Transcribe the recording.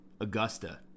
Augusta